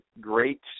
great